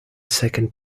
second